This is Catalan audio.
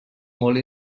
molt